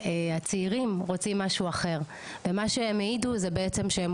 שהצעירים רוצים משהו אחר ומה שהם העידו זה בעצם שהם